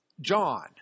John